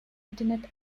internet